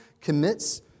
commits